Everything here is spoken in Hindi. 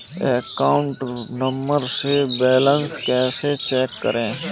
अकाउंट नंबर से बैलेंस कैसे चेक करें?